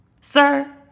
Sir